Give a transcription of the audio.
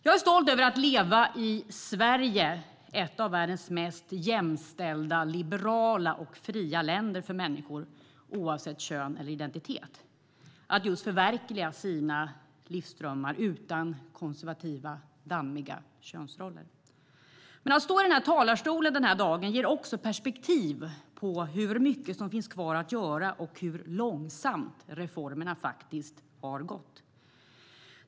Jag är stolt över att leva i Sverige - ett av världens mest jämställda, liberala och fria länder där människor, oavsett kön eller identitet, kan förverkliga sina livsdrömmar utan konservativa, dammiga könsroller. Men att stå i talarstolen denna dag ger också perspektiv på hur mycket som finns kvar att göra och hur långsamt reformerna faktiskt har gått.